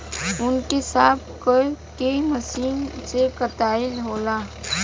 ऊँन के साफ क के मशीन से कताई होला